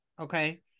Okay